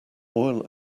oil